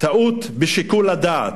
טעות בשיקול הדעת.